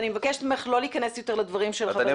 די.